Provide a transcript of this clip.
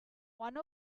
one